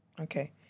Okay